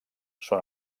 són